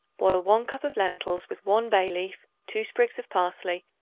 boil one cup of lentils with one bay-leaf, two sprigs of parsley,